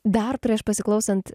dar prieš pasiklausant